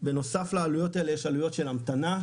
בנוסף לעלויות האלה יש עלויות של המתנה,